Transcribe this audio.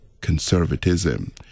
conservatism